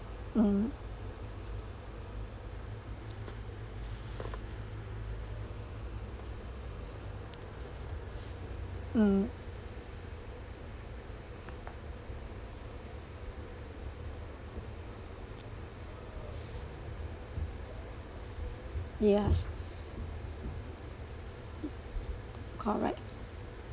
mm mm yes correct